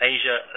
Asia